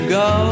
go